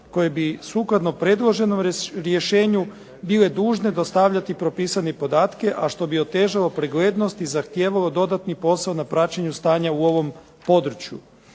koji bi sukladno predloženom rješenju bile dužne dostavljati propisane podatke, a što bi otežalo preglednost i zahtijevalo dodatni posao na praćenju stanja u ovom području.